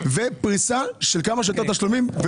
ופריסה של כמה שיותר תשלומים.